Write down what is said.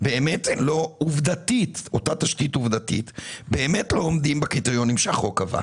באמת עובדתית לא עומדים בקריטריונים שהחוק קבע,